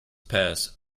pears